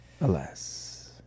Alas